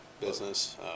business